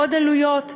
עוד עלויות.